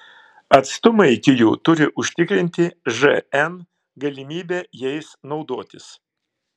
atstumai iki jų turi užtikrinti žn galimybę jais naudotis